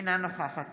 אינה נוכחת